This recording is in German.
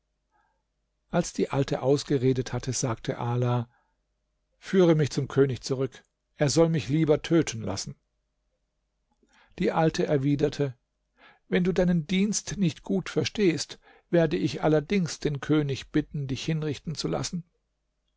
als die alte ausgeredet hatte sagte ala führe mich zum könig zurück er soll mich lieber töten lassen die alte erwiderte wenn du deinen dienst nicht gut verstehst werde ich allerdings den könig bitten dich hinrichten zu lassen